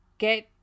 Get